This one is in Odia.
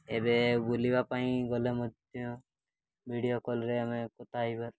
ଏବେ ବୁଲିବା ପାଇଁ ଗଲେ ମଧ୍ୟ ଭିଡ଼ିଓ କଲ୍ରେ ଆମେ କଥା ହୋଇପାରୁ